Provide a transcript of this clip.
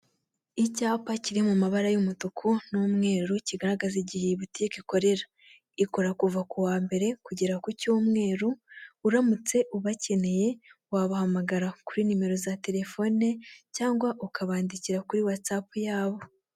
Icyapa kiri mu mabara y'umutuku n'umweru kigaragaza igihe iyi botiki ikorera, ikora kuva kuwa mbere kugera ku cyumweru uramutse ubakeneye waba hamagara kuri nimero za telefone cyangwa ukabandikira kuri watsapu yabo.